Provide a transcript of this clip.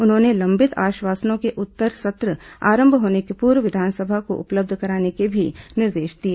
उन्होंने लंबित आश्वासनों के उत्तर सत्र आरंभ होने के पूर्व विधानसभा को उपलब्ध कराने के भी निर्देश दिए